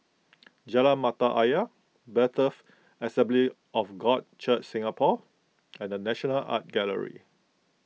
Jalan Mata Ayer Bethel Assembly of God Church Singapore and the National Art Gallery